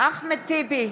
אחמד טיבי,